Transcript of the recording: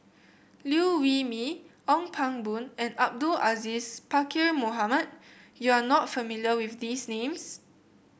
Liew Wee Mee Ong Pang Boon and Abdul Aziz Pakkeer Mohamed You are not familiar with these names